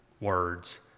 words